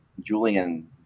Julian